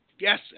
Yes